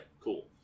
cool